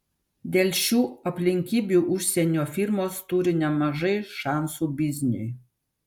dėl šių aplinkybių užsienio firmos turi nemažai šansų bizniui